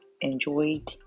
enjoyed